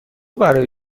برای